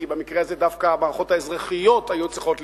כי במקרה הזה דווקא המערכות האזרחיות היו צריכות להיבחן,